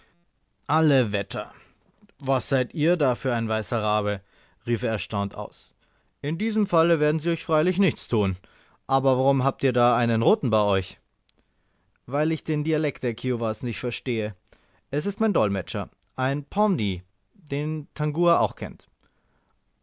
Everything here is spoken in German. alle wetter was seid ihr da für ein weißer rabe rief er erstaunt aus in diesem falle werden sie euch freilich nichts tun aber warum habt ihr da einen roten bei euch weil ich den dialekt der kiowas nicht verstehe er ist mein dolmetscher ein pawnee den tangua auch kennt